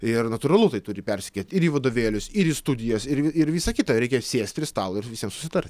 ir natūralu tai turi persikelti ir į vadovėlius ir į studijas ir ir visa kita reikia sėsti prie stalo ir visiem susitart